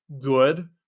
good